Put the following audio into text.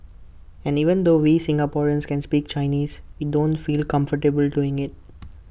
and even though we Singaporeans can speak Chinese we don't feel comfortable doing IT